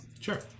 sure